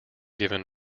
given